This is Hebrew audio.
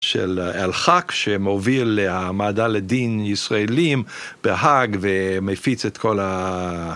של אלחק שמוביל להעמדה לדין ישראלים בהאג ומפיץ את כל ה...